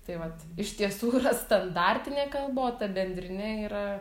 tai vat iš tiesų yra standartinė kalba o ta bendrinė yra